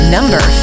Number